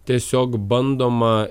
tiesiog bandoma